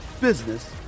business